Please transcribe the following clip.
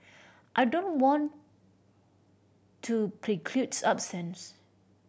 I don't want to preclude options